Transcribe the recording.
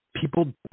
People